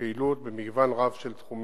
פעילות במגוון רב של תחומים.